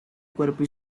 cuerpo